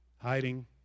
Hiding